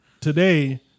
Today